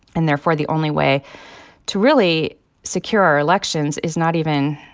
and therefore the only way to really secure our elections is not even,